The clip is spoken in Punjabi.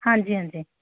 ਹਾਂਜੀ ਹਾਂਜੀ